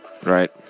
Right